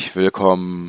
willkommen